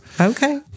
okay